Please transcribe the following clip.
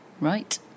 Right